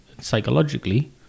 psychologically